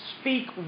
speak